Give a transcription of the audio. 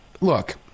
look